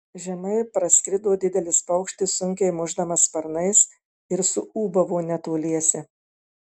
žemai praskrido didelis paukštis sunkiai mušdamas sparnais ir suūbavo netoliese